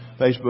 Facebook